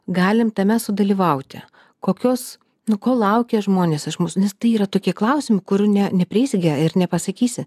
galim tame sudalyvauti kokios nu ko laukia žmonės iš mūsų nes tai yra tokie klausimai kurių ne neprieisi gi ir nepasakysi